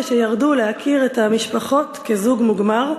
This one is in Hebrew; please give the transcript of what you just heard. כאשר ירדו להכיר את המשפחות כזוג מוגמר,